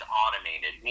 automated